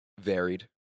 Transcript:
varied